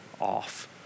off